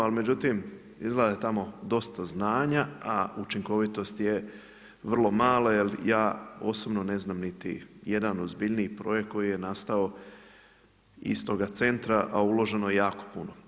Ali međutim, izgleda je tamo dosta znanja, a učinkovitost je vrlo mala jer ja osobno ne znam niti jedan ozbiljniji projekt koji je nastao iz toga centra a uloženo je jako puno.